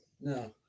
No